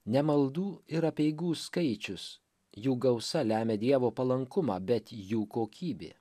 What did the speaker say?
ne maldų ir apeigų skaičius jų gausa lemia dievo palankumą bet jų kokybė